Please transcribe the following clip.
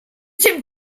tim